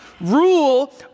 rule